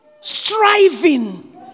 striving